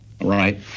Right